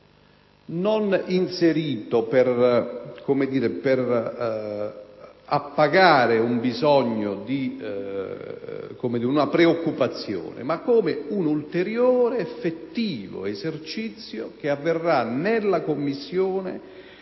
non inserito per appagare un bisogno e una preoccupazione, ma come un ulteriore effettivo esercizio che avverrà nella Commissione,